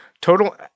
Total